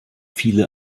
viele